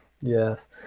yes